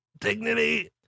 dignity